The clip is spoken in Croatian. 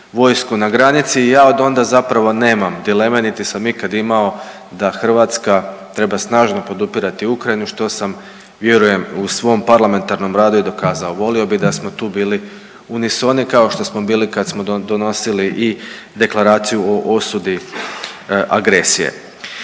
vojsku na granici. I ja od onda zapravo nemam dileme niti sam ikad imao da Hrvatska treba snažno podupirati Ukrajinu što sam vjerujem u svom parlamentarnom radu i dokazao. Volio bih da smo tu bili unisoni kao što smo bili kad smo donosili i Deklaraciju o osudi agresije.